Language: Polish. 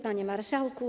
Panie Marszałku!